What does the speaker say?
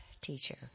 teacher